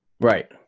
Right